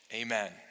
Amen